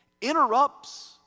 interrupts